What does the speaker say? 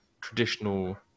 traditional